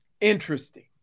interesting